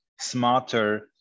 smarter